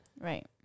Right